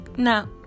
Now